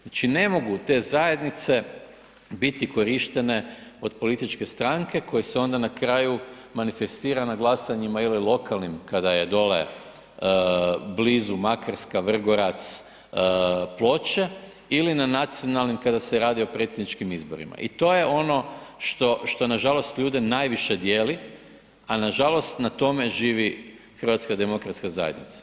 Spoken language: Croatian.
Znači, ne mogu te zajednice biti korištene od političke stranke koje se onda na kraju manifestira na glasanjima ili lokalnim kada je dole blizu Makarska, Vrgorac, Ploče ili na nacionalnim kada se radi o predsjedničkim izborima i to je ono što, što nažalost ljude najviše dijeli, a nažalost na tome živi HDZ.